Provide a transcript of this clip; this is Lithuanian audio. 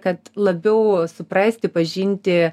kad labiau suprasti pažinti